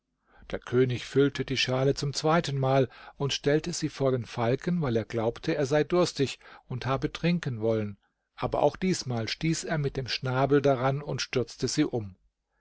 der könig füllte die schale zum zweitenmal und stellte sie vor den falken weil er glaubte er sei durstig und habe trinken wollen aber auch diesmal stieß er mit dem schnabel daran und stürzte sie um